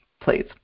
please